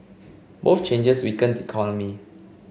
both changes weaken the economy